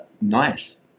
nice